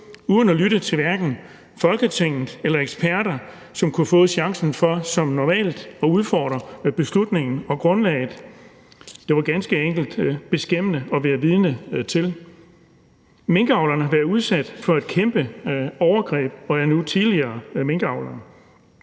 uden at lytte til hverken Folketinget eller eksperter, som kunne få chancen for som normalt at udfordre beslutningen og grundlaget. Det var ganske enkelt beskæmmende at være vidne til. Minkavlerne har været udsat for et kæmpe overgreb og er nu tidligere minkavlere.